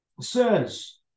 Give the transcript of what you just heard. says